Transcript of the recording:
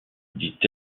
dit